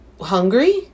Hungry